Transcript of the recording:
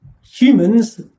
humans